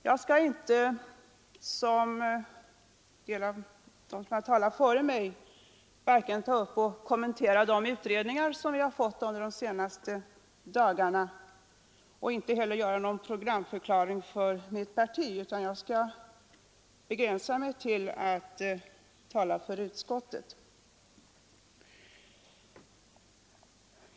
Jag skall inte — som en del av dem som talat före mig — kommentera de utredningar vi fått under de senaste dagarna och inte heller göra någon programförklaring för mitt parti. Jag skall begränsa mig till att tala för utskottet.